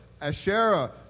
Asherah